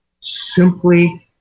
Simply